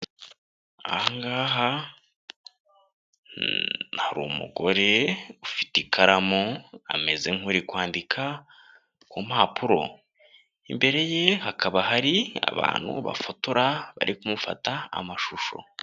Aha ngaha hari umugore ufite ikaramu ameze nk'uri kwandika ku mpapuro, imbere ye hakaba hari abantu bafotora bari kumufata amashusho.